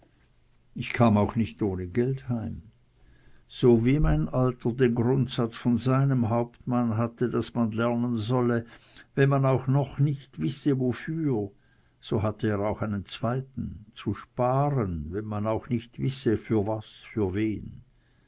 ich kam auch nicht ohne geld heim so wie mein alter den grundsatz von seinem hauptmann hatte daß man lernen solle wenn man auch noch nicht wisse wofür so hatte er auch einen zweiten zu sparen wenn man auch nicht wisse für was für wen